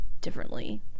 differently